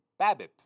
BABIP